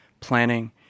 planning